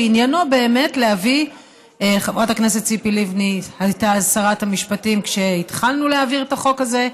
שרת המשפטים ציפי לבני הייתה שרת המשפטים כשהתחלנו להעביר את החוק הזה.